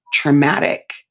traumatic